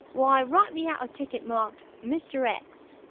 why, write me out a ticket marked mr. x.